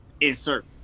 insert